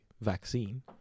vaccine